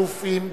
אלופים,